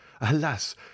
alas